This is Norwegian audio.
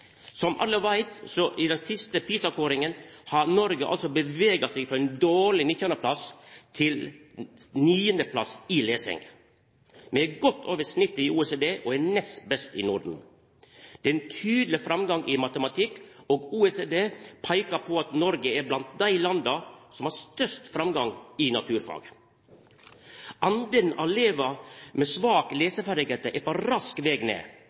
Som alle veit, har Noreg i den siste PISA-kåringa bevega seg frå ein dårleg 19. plass til niande plass i lesing. Vi er godt over snittet i OECD og nest best i Norden. Det er ein tydeleg framgang i matematikk, og OECD peikar på at Noreg er blant dei landa som har størst framgang i naturfag. Talet på elevar med svake leseferdigheiter er på rask veg ned.